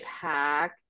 pack